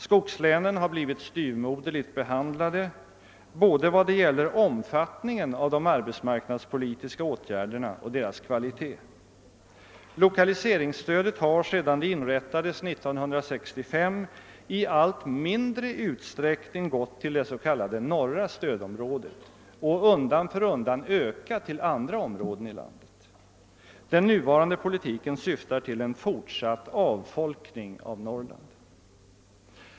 Skogslänen har blivit styvmoderligt behandlade både vad det gäller omfattningen av de arbetsmarknadspolitiska åtgärderna och deras kvalitet. Lokaliseringsstödet har sedan det inrättades 1965 i allt mindre utsträckning gått till det s.k. norra stödområdet, medan det undan för undan ökat till andra områ den i landet. Den nuvarande politiken syftar till en fortsatt avfolkning av Norrland.